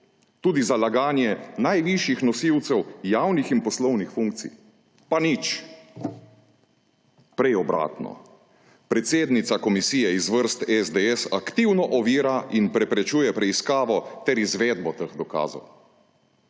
tudi za laganje najvišjih nosilcev javnih in poslovnih funkcij. Pa nič. Prej obratno. Predsednica komisije iz vrst SDS aktivno ovira in preprečuje preiskavo ter izvedbo teh dokazov.